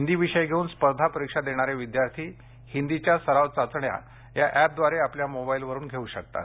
हिंदी विषय घेऊन स्पर्धा परीक्षा देणारे विद्यार्थी हिंदीच्या सराव चाचण्या या ऍपद्वारे आपल्या मोबाईलवरुन घेऊ शकतात